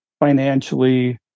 Financially